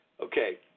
Okay